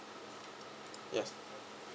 yes